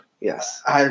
Yes